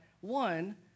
one